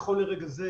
נכון לרגע זה,